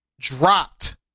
dropped